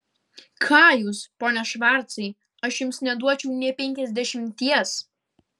ką jūs pone švarcai aš jums neduočiau nė penkiasdešimties